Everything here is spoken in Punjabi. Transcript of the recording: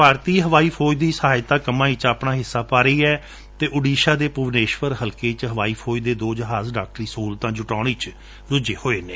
ਭਾਰਤੀ ਹਵਾਈ ਫੌਜ ਵੀ ਸਹਾਇਤਾ ਕੱਮਾਂ ਵਿੱਚ ਆਪਣਾ ਹਿੱਸਾ ਪਾ ਰਹੀ ਹੈ ਅਤੇ ਉਡੀਸ਼ਾ ਦੇ ਭੂਵਨੇਸ਼ਵਰ ਹਲਕੇ ਵਿੱਚ ਹਵਾਈ ਫੌਜ ਦੇ ਦੋ ਜਹਾਜ ਡਾਕਟਰੀ ਸਹੁਲਤਾਂ ਜੁਟਾਉਣ ਵਿੱਚ ਰੁੱਝੇ ਹੋਏ ਨੇ